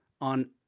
on